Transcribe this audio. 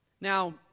Now